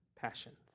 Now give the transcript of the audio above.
passions